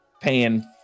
paying